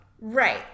right